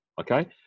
okay